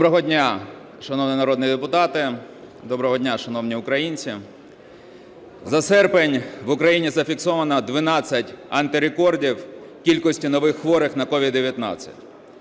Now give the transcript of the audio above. Доброго дня, шановні народні депутати! Доброго дня, шановні українці! За серпень в Україні зафіксовано 12 антирекордів кількості нових хворих на COVID-19.